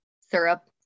Syrup